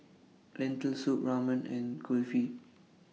Lentil Soup Ramen and Kulfi